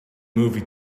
movie